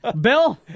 Bill